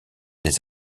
des